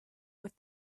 with